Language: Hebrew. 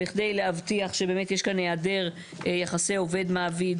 בכדי להבטיח שבאמת יש כאן היעדר יחסי עובד מעביד,